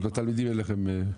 אז עם התלמידים אין לכם בעיה.